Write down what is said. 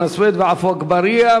חנא סוייד ועפו אגבאריה,